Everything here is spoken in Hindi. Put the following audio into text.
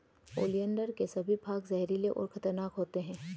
ओलियंडर के सभी भाग जहरीले और खतरनाक होते हैं